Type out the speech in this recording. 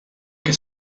que